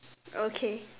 okay